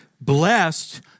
blessed